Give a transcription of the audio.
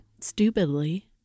stupidly